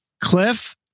Cliff